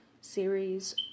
series